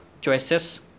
choices